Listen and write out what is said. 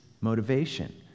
motivation